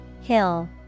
Hill